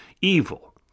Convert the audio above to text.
evil